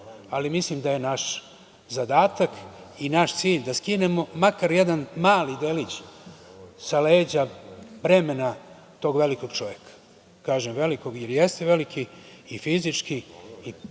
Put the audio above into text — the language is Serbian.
ali mislim da je naš zadatak i naš cilj da skinemo makar jedan mali delić sa leđa bremena tog velikog čoveka. Kažem velikog, jer jeste veliki i fizički i